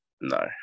No